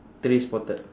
three spotted